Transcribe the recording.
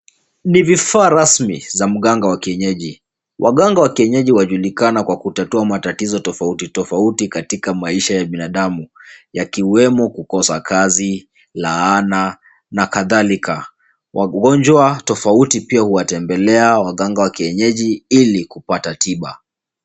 Ni vifaa rasmi za mganga wa kienyeji. Waganga wa kienyeji wajulikana kwa kutatua matatizo tofauti tofauti katika maisha ya binadamu yakiwemo kukosa kazi, laana na kadhalika. Wagonjwa tofauti pia huwatembelea waganga wa kienyeji ili kupata tiba.